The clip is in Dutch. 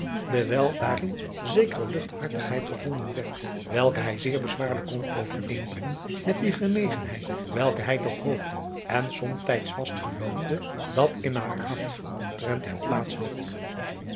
dewijl daarin zekere luchthartigheid gevonden werd welke hij zeer bezwaarlijk kon overeenbrengen met die genegenheid welke hij toch hoopte en somtijds vast geloofde dat in haar hart omtrent hem plaats had